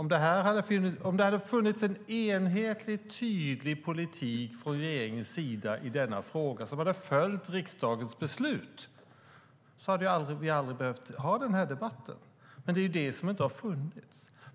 Om det hade funnits en enhetlig, tydlig politik från regeringens sida i denna fråga som hade följt riksdagens beslut hade vi aldrig behövt ha den här debatten. Men det har det inte funnits.